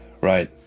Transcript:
Right